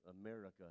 America